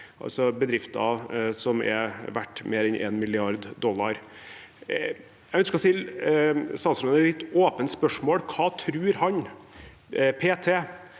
Norge, bedrifter som er verdt mer enn 1 mrd. dollar. Jeg ønsker å stille statsråden et litt åpent spørsmål: Hva tror han p.t.